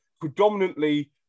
predominantly